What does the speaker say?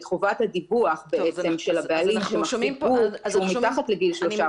את חובת הדיווח של הבעלים שמחזיק גור שהוא מתחת לגיל 3 חודשים.